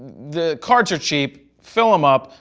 the cards are cheap. fill them up.